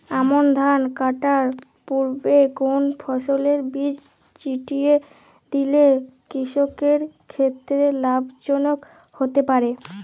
আমন ধান কাটার পূর্বে কোন ফসলের বীজ ছিটিয়ে দিলে কৃষকের ক্ষেত্রে লাভজনক হতে পারে?